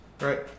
right